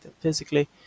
physically